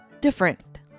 different